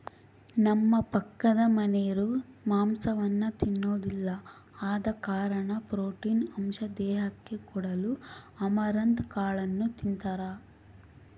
ನಮ್ಮ ಪಕ್ಕದಮನೆರು ಮಾಂಸವನ್ನ ತಿನ್ನೊದಿಲ್ಲ ಆದ ಕಾರಣ ಪ್ರೋಟೀನ್ ಅಂಶ ದೇಹಕ್ಕೆ ಕೊಡಲು ಅಮರಂತ್ ಕಾಳನ್ನು ತಿಂತಾರ